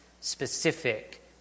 specific